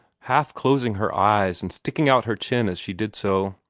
half closing her eyes and sticking out her chin as she did so.